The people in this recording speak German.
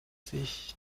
sich